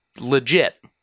legit